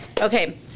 Okay